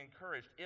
encouraged